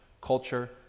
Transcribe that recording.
culture